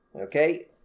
okay